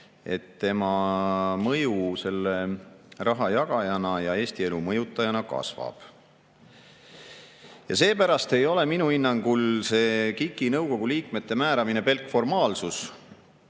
selle mõju rahajagajana ja Eesti elu mõjutajana kasvab. Seepärast ei ole minu hinnangul KIK-i nõukogu liikmete määramine pelk formaalsus.